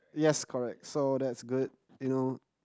yes correct so that's good you know